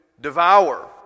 devour